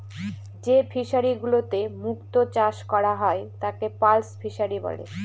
যে ফিশারিগুলোতে মুক্ত চাষ করা হয় তাকে পার্ল ফিসারী বলে